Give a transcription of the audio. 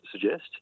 suggest